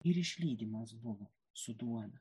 ir išlydimas buvo su duona